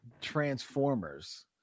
Transformers